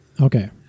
Okay